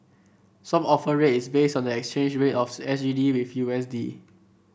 Swap Offer Rate is based on the exchange rate of S G D with U S D